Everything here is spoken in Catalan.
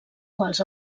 quals